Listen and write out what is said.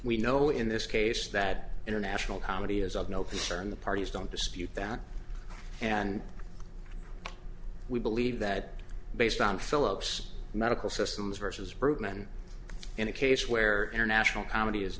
we know in this case that international comedy is of no concern the parties don't dispute that and we believe that based on philips medical systems versus bergman in a case where international comedy is